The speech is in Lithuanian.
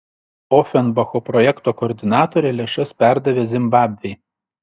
ofenbacho projekto koordinatorė lėšas perdavė zimbabvei